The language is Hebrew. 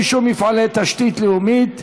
רישוי מפעלי תשתית לאומית),